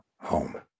home